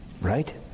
right